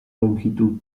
longitud